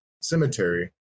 cemetery